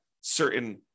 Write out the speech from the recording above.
certain